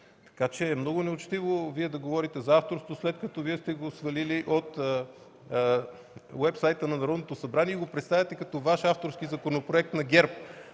Много неучтиво е Вие да говорите за авторство, след като сте го свалили от уебсайта на Народното събрание и ни го представяте като Ваш, авторски законопроект на ГЕРБ.